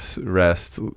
rest